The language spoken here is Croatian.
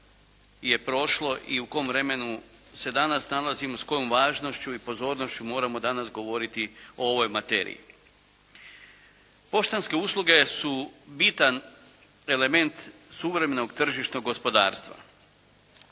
i u kom vremenu se danas nalazimo, s kojom važnošću i pozornošću moramo danas govoriti o ovoj materiji. Poštanske usluge su bitan element suvremenog tržišnog gospodarstva.